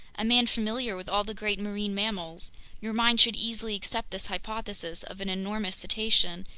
a man familiar with all the great marine mammals your mind should easily accept this hypothesis of an enormous cetacean,